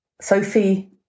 Sophie